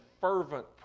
fervent